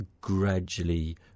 gradually